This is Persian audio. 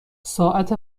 ساعت